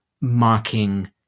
marking